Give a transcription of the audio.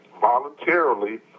voluntarily